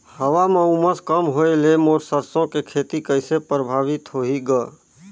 हवा म उमस कम होए ले मोर सरसो के खेती कइसे प्रभावित होही ग?